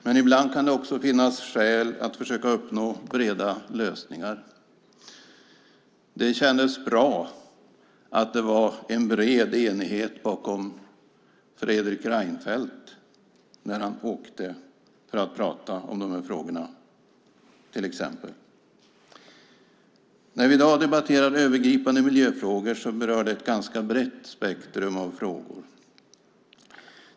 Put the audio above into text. Men ibland kan det också finnas skäl att försöka uppnå breda lösningar. Det kändes bra att det fanns en bred enighet bakom Fredrik Reinfeldt när han åkte i väg för att prata om frågorna. De övergripande miljöfrågor vi i dag debatterar berör ett brett spektrum av frågor.